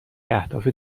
اهداف